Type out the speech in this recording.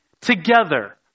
together